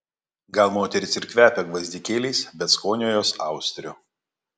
gal moterys ir kvepia gvazdikėliais bet skonio jos austrių